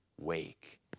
wake